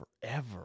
forever